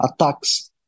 attacks